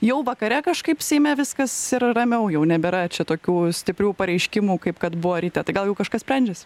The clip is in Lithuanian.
jau vakare kažkaip seime viskas ir ramiau jau nebėra čia tokių stiprių pareiškimų kaip kad buvo ryte tai gal jau kažkas sprendžias